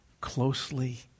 closely